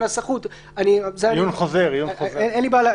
דבר שלישי,